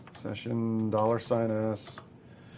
session dollar sign s.